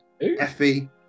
Effie